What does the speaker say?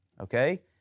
okay